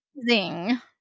amazing